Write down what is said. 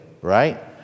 right